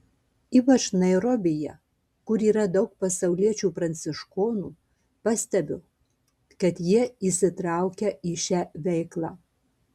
ypač nairobyje kur yra daug pasauliečių pranciškonų pastebiu kad jie įsitraukę į šią veiklą